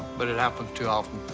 but it happens too often.